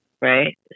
right